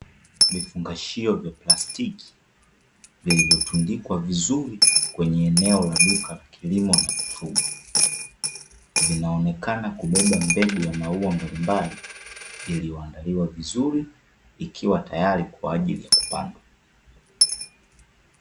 Vifungashio vya plastiki, vilivyotundikwa vizuri kwenye eneo la duka la kilimo na mifugo. Vinaonekana kubeba mbegu ya maua mbalimbali, iliyoandaliwa vizuri, ikiwa tayari kwa ajili ya kupandwa.